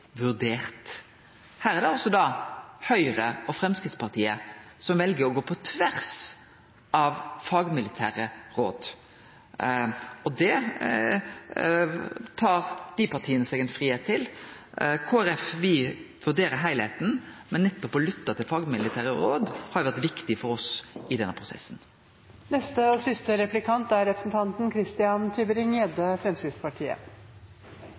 vurdert.» Her er det altså Høgre og Framstegspartiet som vel å gå på tvers av fagmilitære råd. Den fridomen tek dei partia seg. Kristeleg Folkeparti vurderer heilskapen, men nettopp å lytte til fagmilitære råd har vore viktig for oss i denne prosessen. Jeg tenkte jeg skulle følge opp Svein Roald Hansens gode spørsmål. Kristelig Folkeparti er